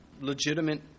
legitimate